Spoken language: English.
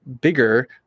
bigger